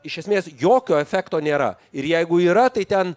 iš esmės jokio efekto nėra ir jeigu yra tai ten